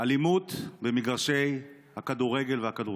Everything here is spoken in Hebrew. אלימות במגרשי הכדורגל והכדורסל.